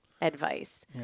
advice